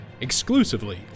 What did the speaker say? exclusively